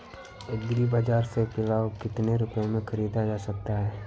Agree बाजार से पिलाऊ कितनी रुपये में ख़रीदा जा सकता है?